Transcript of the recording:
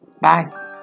Bye